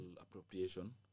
appropriation